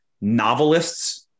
novelists